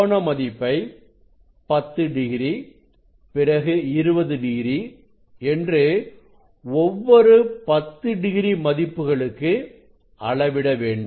கோண மதிப்பை 10 டிகிரி பிறகு 20 டிகிரி என்று ஒவ்வொரு 10 டிகிரி மதிப்புகளுக்கு அளவிட வேண்டும்